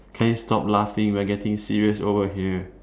can you stop laughing we are getting serious over here